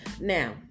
Now